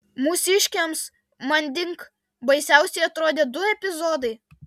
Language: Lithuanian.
mūsiškiams manding baisiausi atrodė du epizodai